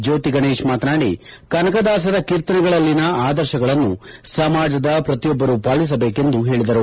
ಜ್ಯೋತಿಗಷೇಶ್ ಮಾತನಾದಿ ಕನಕದಾಸರ ಕೀರ್ತನೆಗಳಲ್ಲಿನ ಆದರ್ಶಗಳನ್ನು ಸಮಾಜದ ಪ್ರತಿಯೊಬ್ಬರೂ ಪಾಲಿಸಬೇಕೆಂದು ಹೇಳಿದರು